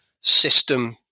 system